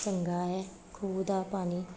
ਚੰਗਾ ਹੈ ਖੂਹ ਦਾ ਪਾਣੀ